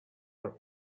are